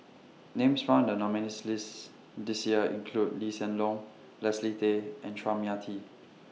Names found in The nominees' lists This Year include Lee Hsien Loong Leslie Tay and Chua Mia Tee